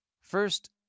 First